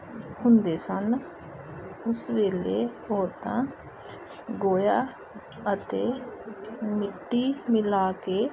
ਹੁੰਦੇ ਸਨ ਉਸ ਵੇਲੇ ਔਰਤਾਂ ਗੋਹਾ ਅਤੇ ਮਿੱਟੀ ਮਿਲਾ ਕੇ